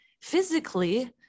physically